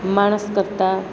માણસ કરતા